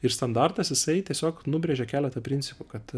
ir standartas jisai tiesiog nubrėžė keletą principų kad